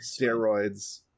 steroids